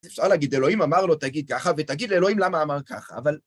אפשר להגיד, אלוהים אמר לו, תגיד ככה, ותגיד לאלוהים למה אמר ככה, אבל...